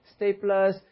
staplers